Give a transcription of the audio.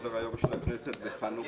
סדר היום של הכנסת לחנוכה,